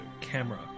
camera